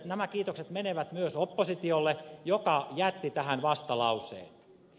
nämä kiitokset menevät myös oppositiolle joka jätti tähän vastalauseen